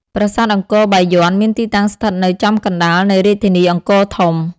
ប្រាសាទអង្គរបាយ័នមានទីតាំងស្ថិតនៅចំកណ្តាលនៃរាជធានីអង្គរធំ។